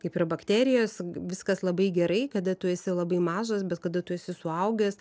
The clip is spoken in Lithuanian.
kaip yra bakterijos viskas labai gerai kada tu esi labai mažas bet kada tu esi suaugęs